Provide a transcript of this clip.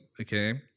okay